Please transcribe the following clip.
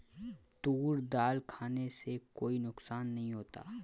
तूर दाल खाने से कोई नुकसान नहीं होता